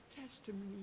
testimony